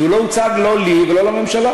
כי לא הוצג לא לי ולא לממשלה,